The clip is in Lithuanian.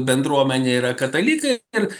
bendruomenė yra katalikai ir